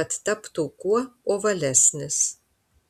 kad taptų kuo ovalesnis